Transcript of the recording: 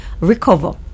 recover